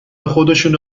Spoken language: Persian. خودشونه